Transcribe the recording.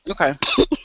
Okay